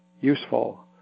useful